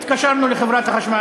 התקשרנו לחברת החשמל.